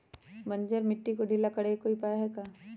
बंजर मिट्टी के ढीला करेके कोई उपाय है का?